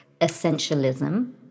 Essentialism